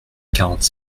quarante